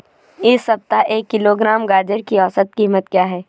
इस सप्ताह एक किलोग्राम गाजर की औसत कीमत क्या है?